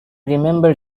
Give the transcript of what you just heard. remembered